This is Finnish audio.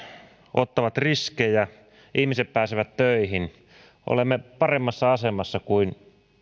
ottavat riskejä ihmiset pääsevät töihin olemme paremmassa asemassa kuin